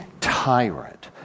tyrant